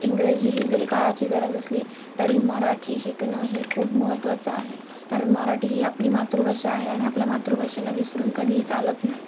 इंग्रजी ही जरी काळाची गरज असली तरी मराठी शिकणं हे खूप महत्त्वाचं आहे कारण मराठी ही आपली मातृभाषा आहे आणि आपल्या मातृभाषेला विसरून कधीही चालत नाही